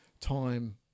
time